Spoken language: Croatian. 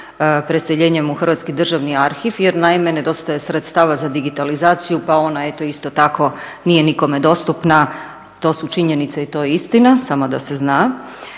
preseljenjem u Hrvatski državni arhiv jer naime nedostaje sredstava za digitalizaciju pa ona, eto isto tako nije nikome dostupna, to su činjenice i to je istina, samo da se zna,